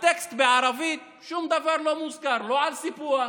על סיפוח,